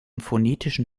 phonetischen